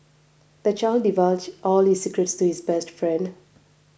the child divulged all his secrets to his best friend